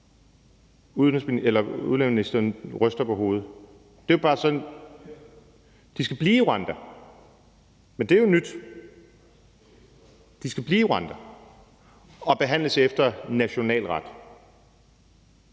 Udlændingeministeren ryster på hovedet. Nå, de skal blive i Rwanda? Men det er jo nyt. De skal blive i Rwanda og behandles efter national ret.